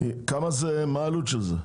מה העלות של זה?